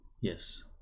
Yes